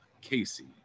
Casey